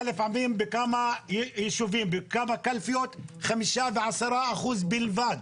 לפעמים בכמה קלפיות ל-5% ו-10% בלבד.